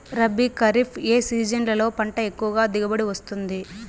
రబీ, ఖరీఫ్ ఏ సీజన్లలో పంట ఎక్కువగా దిగుబడి వస్తుంది